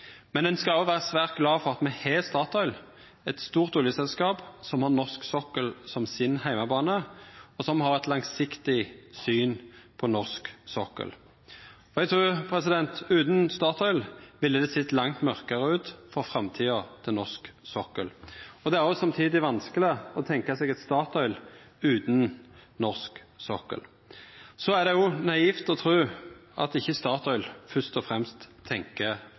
men ein skal òg vera svært glad for at me har Statoil, eit stort oljeselskap som har norsk sokkel som sin heimebane, og som har eit langsiktig syn på norsk sokkel. Utan Statoil trur eg det ville sett langt mørkare ut for framtida til norsk sokkel. Det er òg vanskeleg å tenkja seg eit Statoil utan norsk sokkel. Og det er naivt å tru at Statoil ikkje fyrst og fremst